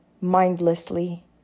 mindlessly